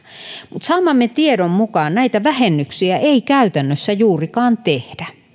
mutta saamamme tiedon mukaan näitä vähennyksiä ei käytännössä juurikaan tehdä